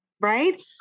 right